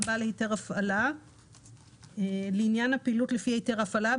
בעל היתר הפעלה לעניין הפעילות לפי היתר ההפעלה,